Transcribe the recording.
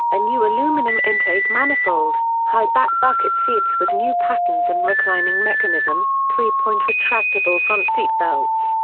a new aluminum intake manifold, high-back bucket seats with new patterns and reclining mechanism, three-point retractable front seatbelts,